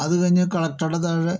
അതുകഴിഞ്ഞാൽ കളക്ടറുടെ താഴെ